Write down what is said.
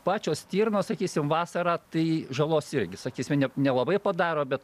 pačios stirnos sakysim vasarą tai žalos irgi sakysim ne nelabai padaro bet